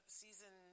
season